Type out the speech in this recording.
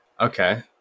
Okay